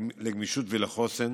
לגמישות ולחוסן,